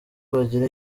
bagira